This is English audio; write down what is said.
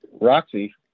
Roxy